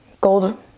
Gold